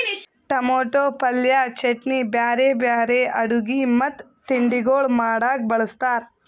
tomato ಪಲ್ಯ, ಚಟ್ನಿ, ಬ್ಯಾರೆ ಬ್ಯಾರೆ ಅಡುಗಿ ಮತ್ತ ತಿಂಡಿಗೊಳ್ ಮಾಡಾಗ್ ಬಳ್ಸತಾರ್